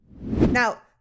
Now